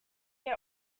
get